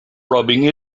rubbing